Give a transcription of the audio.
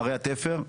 ערי התפר.